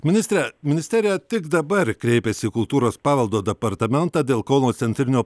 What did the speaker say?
ministre ministerija tik dabar kreipėsi į kultūros paveldo departamentą dėl kauno centrinio